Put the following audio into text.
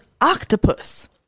octopus